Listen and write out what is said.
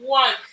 one